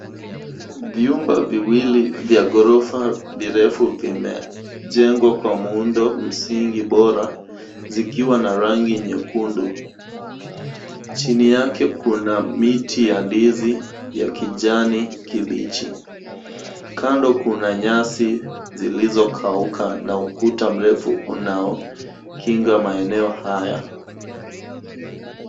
Vyumba viwili vya ghorofa virefu vimejengwa kwa muundo msingi bora zikiwa na rangi nyekundu. Chini yake kuna miti ya ndizi ya kijani kibichi. Kando kuna nyasi zilizokauka na ukuta mrefu unaokinga maeneo haya.